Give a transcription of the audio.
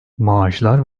maaşlar